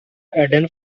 aden